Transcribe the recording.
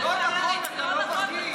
לא נכון, אתה לא מבין.